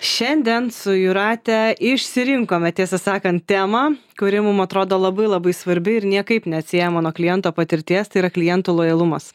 šiandien su jūrate išsirinkome tiesą sakant temą kuri mum atrodo labai labai svarbi ir niekaip neatsiejama nuo kliento patirties tai yra klientų lojalumas